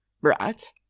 right